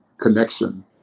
connection